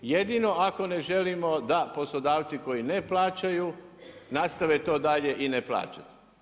Jedino ako ne želimo, da poslodavci koje ne plaćaju, nastave to dalje i ne plaćati.